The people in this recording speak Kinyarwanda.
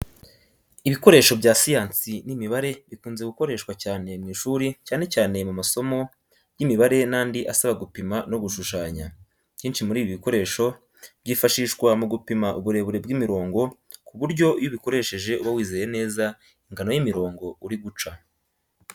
Ibikoresho bya siyansi n'imibare bikunze gukoreshwa cyane mu ishuri cyane cyane mu masomo ya imibare n’andi asaba gupima no gushushanya. Byinshi muri ibi bikoresho byifashishwa mu gupima uburebure bw'imirongo kuburyo iyo ubikoresheje uba wizeye neza ingano y'imirongo uri guca.